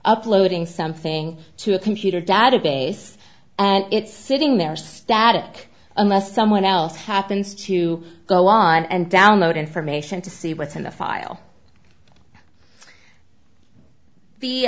uploading something to a computer database and it's sitting there static unless someone else happens to go on and download information to see what's in the file